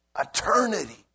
eternity